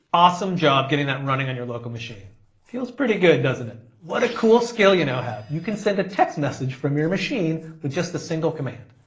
awesome job getting that running on your local machine. it feels pretty good, doesn't it? what a cool skill you now have. you can send a text message from your machine with just a single command.